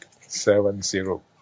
Seven-zero